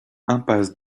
impasse